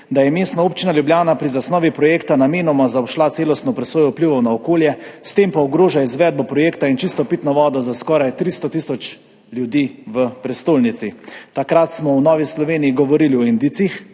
da je Mestna občina Ljubljana pri zasnovi projekta namenoma zaobšla celostno presojo vplivov na okolje, s tem pa ogrožala izvedbo projekta in čisto pitno vodo za skoraj 300 tisoč ljudi v prestolnici. Takrat smo v Novi Sloveniji govorili o indicih,